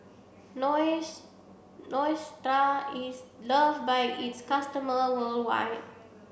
Neostrata is loved by its customer worldwide